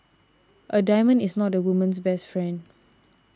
a diamond is not a woman's best friend